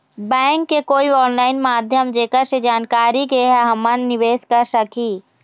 Bank के कोई online माध्यम जेकर से जानकारी के के हमन निवेस कर सकही?